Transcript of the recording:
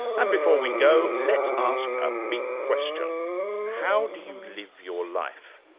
and before we go, let's ask a big question how do you live your life?